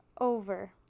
Over